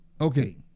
okay